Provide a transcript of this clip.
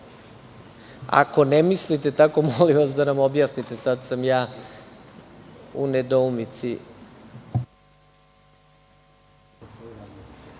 ako ne mislite tako, molim vas da nam objasnite. Sada sam u nedoumici.